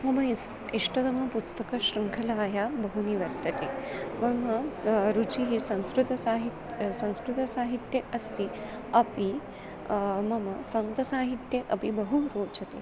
मुम यस् इष्टतमा पुस्तकश्रृंखला बहूनि वर्तते मम स रुचिः संस्कृतसाहित्यं संस्कृतसाहित्ये अस्ति अपि मम सन्तसाहित्ये अपि बहु रोचते